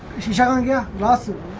and russell